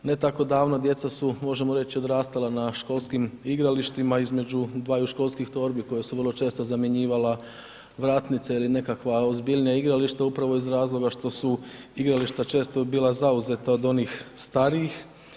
Ne tako davno, djeca su, možemo reći, odrastala na školskim igralištima između 2 školskih torbi koje su vrlo često zamjenjivala vratnice ili nekakva ozbiljnija igrališta, upravo iz razloga što su igrališta često bila zauzeta od onih starijih.